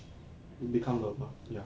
become low ya